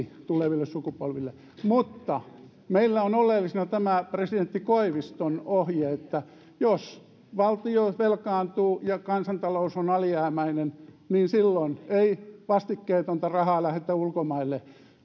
tuleville sukupolville mutta meillä on oleellisena tämä presidentti koiviston ohje että jos valtio velkaantuu ja kansantalous on alijäämäinen niin silloin ei vastikkeetonta rahaa lähetetä ulkomaille